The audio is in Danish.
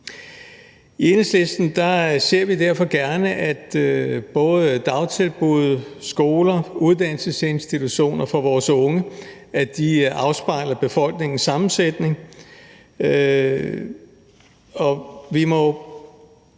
I Enhedslisten ser vi derfor gerne, at både dagtilbud, skoler og uddannelsesinstitutioner for vores unge afspejler befolkningens sammensætning.